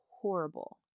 horrible